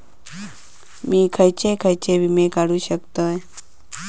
मी खयचे खयचे विमे काढू शकतय?